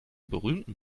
berühmten